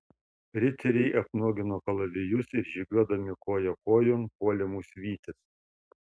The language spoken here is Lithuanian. riteriai apnuogino kalavijus ir žygiuodami koja kojon puolė mus vytis